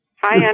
Hi